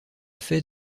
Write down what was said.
fait